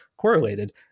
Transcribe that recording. correlated